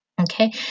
Okay